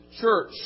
church